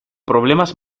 problemas